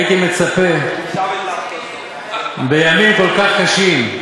הייתי מצפה, בימים כל כך קשים,